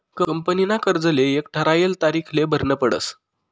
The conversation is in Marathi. कंपनीना कर्जले एक ठरायल तारीखले भरनं पडस